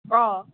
অঁ